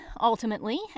ultimately